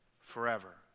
forever